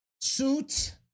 suit